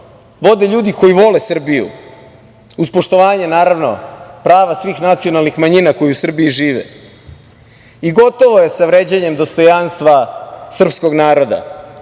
vode ljudi koji vole Srbiju, uz poštovanje naravno, prava svih nacionalnih manjina koje u Srbiji žive. Gotovo je sa vređanjem dostojanstva srpskog naroda.